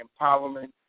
empowerment